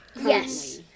Yes